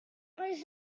sais